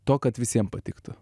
to kad visiem patiktų